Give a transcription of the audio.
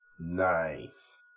Nice